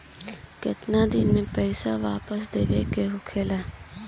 केतना दिन में पैसा वापस देवे के होखी?